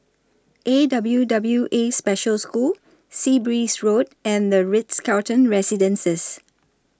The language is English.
A W W A Special School Sea Breeze Road and The Ritz Carlton Residences